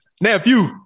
nephew